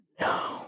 No